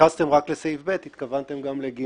התייחסתם רק לסעיף (ב) ואני מניח שהתכוונתם גם ל-(ג),